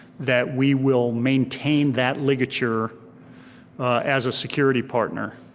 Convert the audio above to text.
that we will maintain that ligature as a security partner.